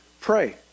pray